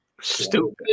Stupid